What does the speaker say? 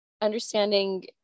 understanding